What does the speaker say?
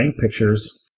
Pictures